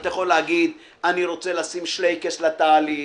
אתה יכול להגיד: אני רוצה לשים שלייקעס לתהליך,